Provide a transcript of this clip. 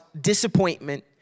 disappointment